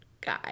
guy